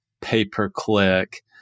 pay-per-click